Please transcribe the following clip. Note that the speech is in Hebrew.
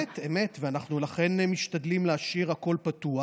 אמת, אמת, ולכן אנחנו משתדלים להשאיר הכול פתוח.